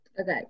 Okay